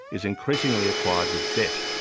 is increasingly acquired with debt.